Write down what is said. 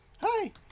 Hi